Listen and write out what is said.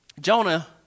jonah